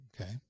Okay